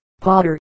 Potter